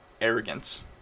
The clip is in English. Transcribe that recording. arrogance